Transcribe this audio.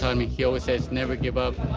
ah and me he always says, never give up.